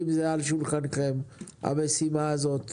המיקרו-תעשייה שעוד צריך לעלות על השולחן אבל הוא בדרך,